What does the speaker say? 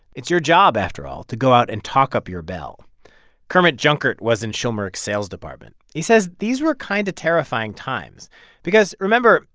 it's your job, after all, to go out and talk up your bell kermit junkert was in schulmerich's sales department. he says these were kind of terrifying times because, remember,